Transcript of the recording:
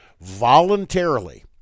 voluntarily